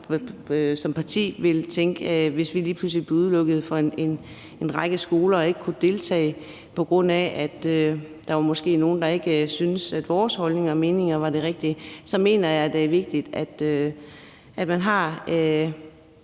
som partier ville tænke vores, hvis vi lige pludselig blev udelukket fra en række skoler og ikke kunne deltage, på grund af at der måske var nogle, der ikke syntes, at vores holdninger og meninger var de rigtige. Så jeg mener, det er vigtigt, at man har